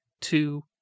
two